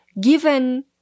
given